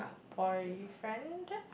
boyfriend